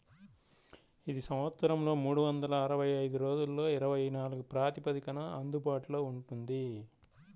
ఇది సంవత్సరంలో మూడు వందల అరవై ఐదు రోజులలో ఇరవై నాలుగు ప్రాతిపదికన అందుబాటులో ఉంటుంది